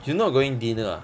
you not going dinner ah